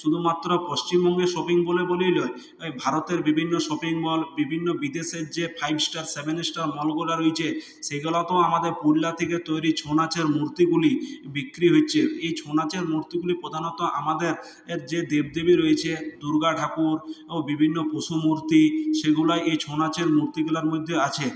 শুধুমাত্র পশ্চিমবঙ্গের শপিং মলে বলেই নয় ভারতের বিভিন্ন শপিং মল বিভিন্ন বিদেশের যে ফাইভ স্টার সেভেন স্টার মলগুো রয়েছে সেগুলো তো আমাদের পুরুলিয়া থেকে তৈরি ছৌ নাচের মূর্তিগুলি বিক্রি হচ্ছে এই ছৌ নাচের মূর্তিগুলি প্রধানত আমাদের যে দেব দেবী রয়েছে দুর্গা ঠাকুর ও বিভিন্ন পশু মূর্তি সেইগুলো এই ছৌ নাচের মূর্তিগুলোর মধ্যে আছে